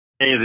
Hey